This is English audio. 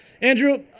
Andrew